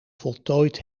voltooid